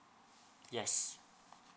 yes